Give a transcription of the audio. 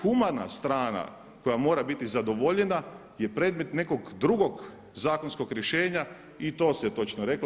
Humana strana koja mora biti zadovoljena je predmet nekog drugog zakonskog rješenja i to se točno reklo.